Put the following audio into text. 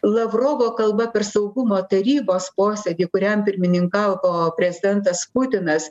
lavrovo kalba per saugumo tarybos posėdį kuriam pirmininkavo prezidentas putinas